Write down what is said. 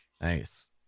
Nice